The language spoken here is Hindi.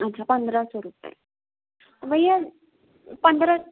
अच्छा पंद्रह सौ रुपये तो भैया पंद्रह